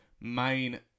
main